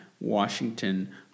Washington